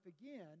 again